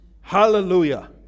Hallelujah